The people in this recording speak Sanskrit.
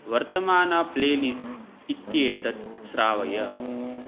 वर्तमानं प्लेलिस्ट् इत्येतत् श्रावय